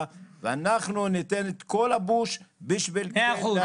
ואנחנו ניתן את כל הפוש בשביל זה.